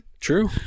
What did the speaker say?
True